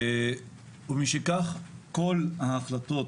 ומשכך, כל ההחלטות